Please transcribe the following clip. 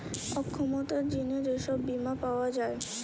অক্ষমতার জিনে যে সব বীমা পাওয়া যায়